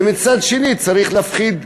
ומצד שני צריך להפחיד,